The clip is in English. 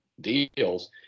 deals